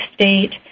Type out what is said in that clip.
state